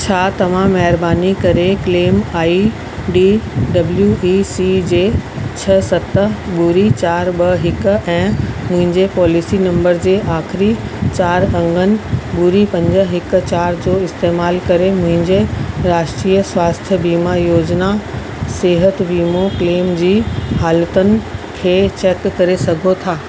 छा तव्हां महिरबानी करे claim I D W E C जे छह सत ॿुड़ी चारि ॿ हिक ऐं मुंहिंजे पॉलिसी नंबर जे आख़िरी चारि अङनि ॿुड़ी पंज हिकु चारि जो इस्तेमाल करे मुंहिंजे राष्ट्रीय स्वास्थ्य बीमा योजना सिहत बीमो क्लैम जी हालतियुनि खे चैक करे सघो था